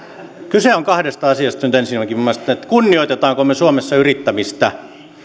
kyse on kahdesta asiasta ensinnäkin siitä kunnioitammeko me suomessa yrittämistä